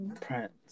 prince